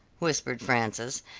whispered frances,